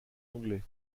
anglais